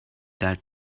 that